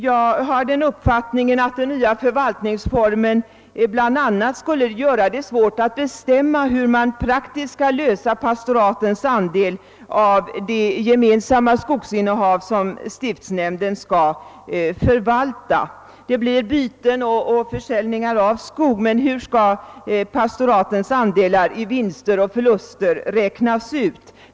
Jag har den uppfattningen att den nya förvaltningsformen bl.a. skulle göra det svårt att bestämma hur man praktiskt skall lösa pastoratens andel av det gemensamma skogsinnehav som stiftsnämnden skall förvalta. Det blir byten och försäljningar av skog, men hur skall pastoratens andelar i vinster och förluster räknas ut?